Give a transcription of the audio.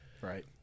Right